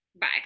bye